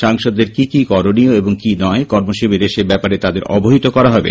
সাংসদদের কী কী করণীয় এবং কী নয় কর্মশিবিরে সেব্যাপারে তাদের অবহিত করা হবে